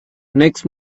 next